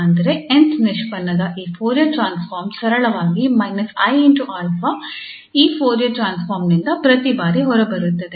ಅಂದರೆ 𝑛th ನಿಷ್ಪನ್ನದ ಈ ಫೋರಿಯರ್ ಟ್ರಾನ್ಸ್ಫಾರ್ಮ್ ಸರಳವಾಗಿ −𝑖𝛼 ಈ ಫೋರಿಯರ್ ಟ್ರಾನ್ಸ್ಫಾರ್ಮ್ ನಿಂದ ಪ್ರತಿ ಬಾರಿ ಹೊರಬರುತ್ತದೆ